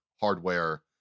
hardware